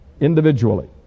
individually